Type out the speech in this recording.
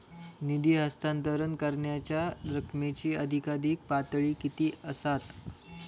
निधी हस्तांतरण करण्यांच्या रकमेची अधिकाधिक पातळी किती असात?